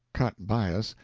cut bias,